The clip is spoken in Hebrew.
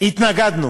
התנגדנו